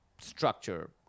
structure